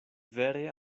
vere